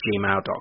gmail.com